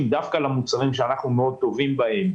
דווקא למוצרים שאנחנו טובים מאוד בהם: